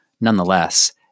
Nonetheless